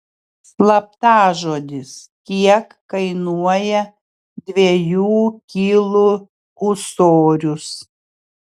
slaptažodis kiek kainuoja dviejų kilų ūsorius